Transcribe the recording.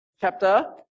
chapter